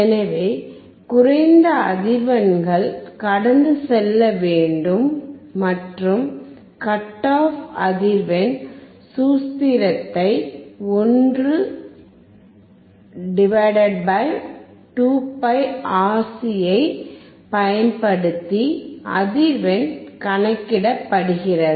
எனவே குறைந்த அதிர்வெண்கள் கடந்து செல்ல வேண்டும் மற்றும் கட் ஆஃப் அதிர்வெண் சூத்திரத்தைப் 1 2πRC ஐப் பயன்படுத்தி அதிர்வெண் கணக்கிடப்படுகிறது